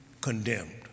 condemned